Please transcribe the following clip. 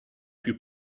più